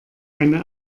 eine